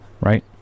Right